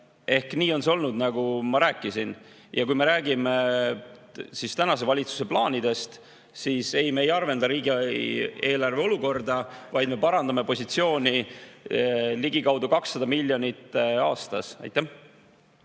Ehk nii on see olnud, nagu ma rääkisin. Kui me räägime tänase valitsuse plaanidest, siis ei, me ei halvenda riigieelarve olukorda, vaid me parandame positsiooni ligikaudu 200 miljonit aastas. Aitäh!